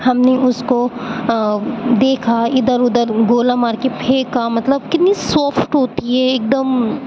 ہم نے اس کو دیکھا ادھر ادھر گولا مار کے پھینکا مطلب کتنی سافٹ ہوتی ہے ایک دم